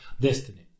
destiny